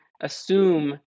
assume